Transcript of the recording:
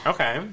Okay